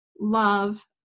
love